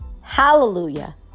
hallelujah